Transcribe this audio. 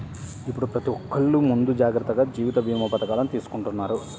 ఇప్పుడు ప్రతి ఒక్కల్లు ముందు జాగర్తగా జీవిత భీమా పథకాలను తీసుకుంటన్నారు